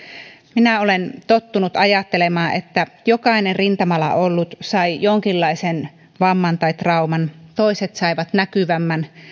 minä olen tottunut ajattelemaan että jokainen rintamalla ollut sai jonkinlaisen vamman tai trauman toiset saivat näkyvämmän